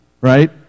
right